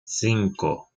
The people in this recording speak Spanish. cinco